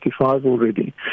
already